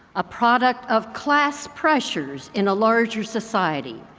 a product of class pressures in a larger society.